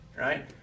right